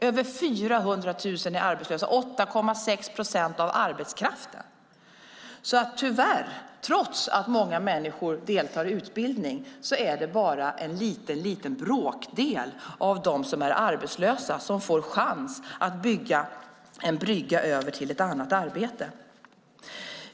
Över 400 000 människor är arbetslösa, 8,6 procent av arbetskraften. Tyvärr, trots att många människor deltar i utbildning, är det bara en liten bråkdel av dem som är arbetslösa som får en chans att bygga en brygga över till ett annat arbete.